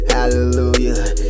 Hallelujah